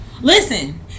listen